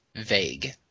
vague